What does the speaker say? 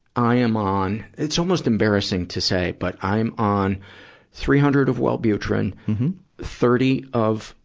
i am on it's almost embarrassing to say but i'm on three hundred of wellbutrin thirty of,